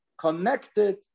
connected